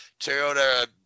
Toyota